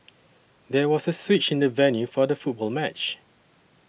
there was a switch in the venue for the football match